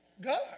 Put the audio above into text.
God